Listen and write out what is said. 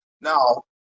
now